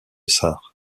sarre